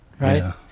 right